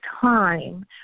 time